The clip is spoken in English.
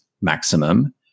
maximum